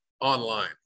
online